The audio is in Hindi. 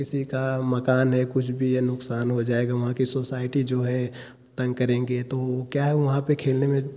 किसी का मकान है कुछ भी है नुकसान हो जाएगा वहाँ की सोसाईटी जो है तंग करेंगे तो क्या है वहाँ पर खेलने में